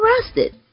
arrested